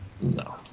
No